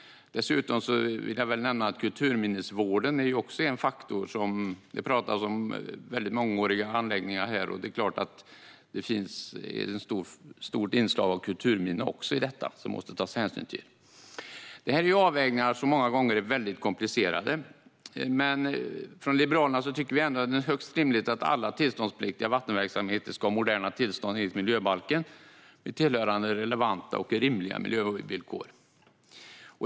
Dessutom kan jag nämna att även kulturminnesvården är en faktor. Det pratas om mångåriga anläggningar här, och det är klart att det finns ett stort inslag av kulturminne i detta som man måste ta hänsyn till. Det här är avvägningar som många gånger är väldigt komplicerade. Från Liberalerna tycker vi ändå att det är högst rimligt att alla tillståndspliktiga vattenverksamheter ska ha moderna tillstånd enligt miljöbalken med tillhörande relevanta och rimliga miljövillkor.